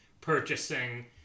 purchasing